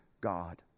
god